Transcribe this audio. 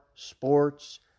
Sports